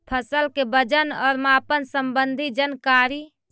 फसल के वजन और मापन संबंधी जनकारी?